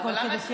אבל למה,